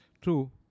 True